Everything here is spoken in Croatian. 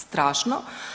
Strašno.